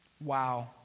Wow